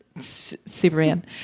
Superman